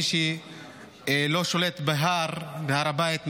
מי שלא שולט בהר הבית,